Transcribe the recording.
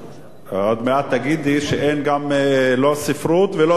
עוד מעט תגידי שאין לא ספרות ולא ספרים.